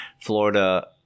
florida